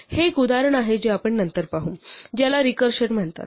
हे एक उदाहरण आहे जे आपण नंतर पाहू ज्याला रिकर्सन म्हणतात